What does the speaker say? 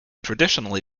traditionally